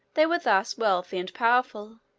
they were thus wealthy and powerful,